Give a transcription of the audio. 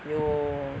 有